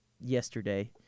yesterday